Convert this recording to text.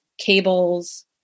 cables